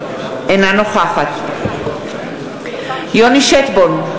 אינה נוכחת יוני שטבון,